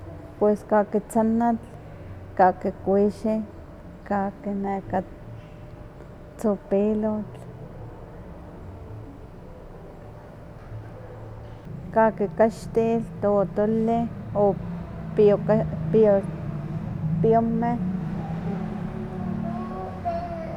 Pues kahki tzanatl, kahki kuixi, kahki neka tzopilotl, kahki kaxtil, totolih, o pioka- pioka- piomeh.